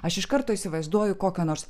aš iš karto įsivaizduoju kokią nors